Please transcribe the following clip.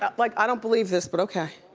ah like i don't believe this but okay.